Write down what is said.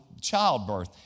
childbirth